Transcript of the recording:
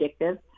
addictive